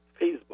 Facebook